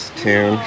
tune